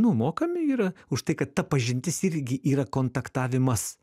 nu mokami ir a už tai kad ta pažintis irgi yra kontaktavimas